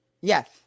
Yes